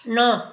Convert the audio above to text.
ন